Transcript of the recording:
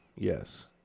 Yes